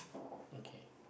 okay